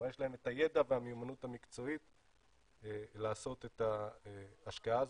כלומר יש להם את הידע והמיומנות המקצועית לעשות את ההשקעה הזאת.